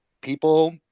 people